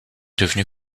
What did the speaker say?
devenu